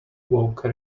woke